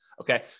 Okay